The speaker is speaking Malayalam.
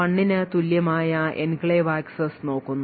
1 ന് തുല്യമായ എൻക്ലേവ് ആക്സസ് നോക്കുന്നു